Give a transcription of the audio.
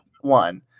one